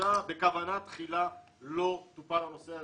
בכוונה תחילה לא דובר הנושא הזה.